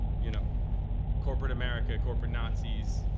you know corporate america. corporate nazis.